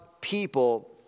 people